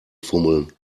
fummeln